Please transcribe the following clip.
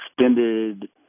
extended